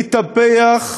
לטפח,